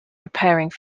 preparing